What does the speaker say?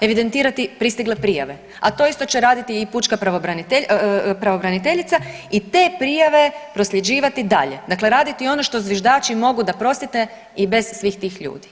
Evidentirati pristigle prijave, a to isto će raditi i pučka pravobraniteljica i te prijave prosljeđivati dalje, dakle raditi ono što zviždači mogu da prostite i bez svih tih ljudi.